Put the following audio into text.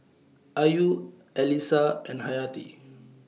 Ayu Alyssa and Hayati